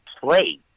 play